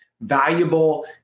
valuable